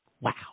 Wow